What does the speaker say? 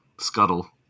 Scuttle